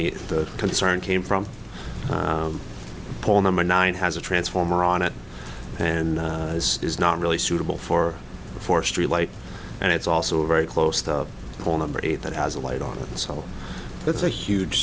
the concern came from paul number nine has a transformer on it and is not really suitable for forestry light and it's also very close to a whole number eight that has a light on it so that's a huge